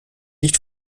nicht